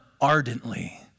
ardently